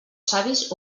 savis